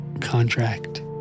contract